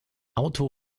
auto